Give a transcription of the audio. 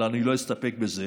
אבל אני לא אסתפק בזה.